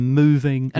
moving